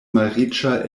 malriĉa